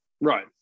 Right